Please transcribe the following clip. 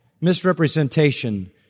misrepresentation